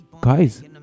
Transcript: guys